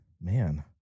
Man